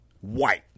white